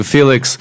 Felix